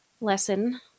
lesson